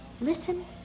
listen